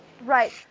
Right